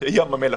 ים המלח,